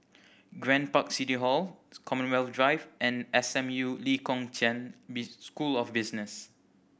Grand Park City Hall Commonwealth Drive and S M U Lee Kong Chian Be School of Business